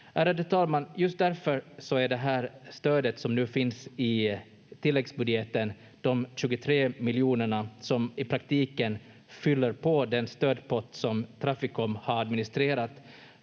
Ärade talman! Just därför finns det här stödet nu i tilläggsbudgeten, de 23 miljonerna som i praktiken fyller på den stödpott som Traficom har administrerat